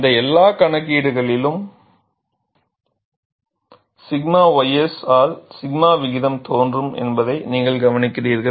இந்த எல்லா கணக்கீடுகளிலும் 𝛔 ys ஆல் 𝛔 விகிதம் தோன்றும் என்பதை நீங்கள் கவனிக்கிறீர்கள்